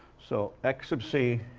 so, x sub c